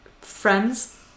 friends